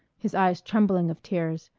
his eyes trembling of tears,